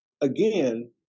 again